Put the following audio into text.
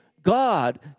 God